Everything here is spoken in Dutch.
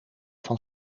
van